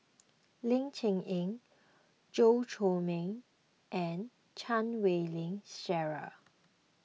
Ling Cher Eng Chew Chor Meng and Chan Wei Ling Cheryl